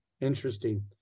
interesting